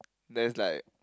there is like